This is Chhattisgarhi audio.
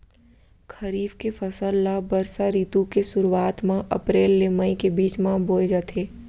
खरीफ के फसल ला बरसा रितु के सुरुवात मा अप्रेल ले मई के बीच मा बोए जाथे